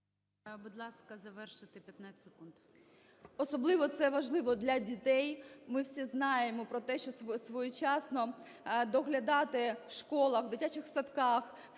Будь ласка, завершити 15 секунд. СИСОЄНКО І.В. Особливо це важливо для дітей. Ми всі знаємо про те, що своєчасно доглядати в школах, в дитячих садках в тих